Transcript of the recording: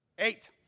Eight